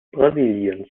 brasiliens